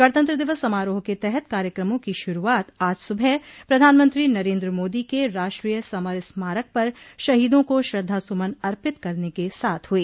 गणतंत्र दिवस समारोह के तहत कार्यक्रमों की शुरूआत आज सूबह प्रधानमंत्री नरेन्द्र मोदी के राष्ट्रीय समर स्मारक पर शहीदों को श्रद्धासुमन अर्पित करने के साथ हुई